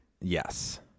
Yes